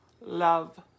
love